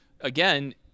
again